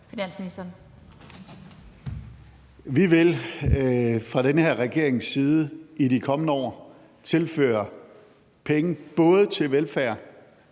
Vi vil fra den her regerings side i de kommende år tilføre penge både til velfærd